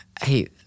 hey